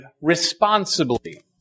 responsibly